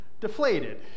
deflated